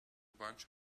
bunch